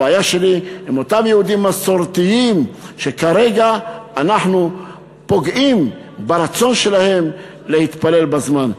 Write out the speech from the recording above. הבעיה שלי עם אותם יהודים שכרגע אנחנו פוגעים ברצון שלהם להתפלל בזמן.